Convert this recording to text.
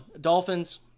Dolphins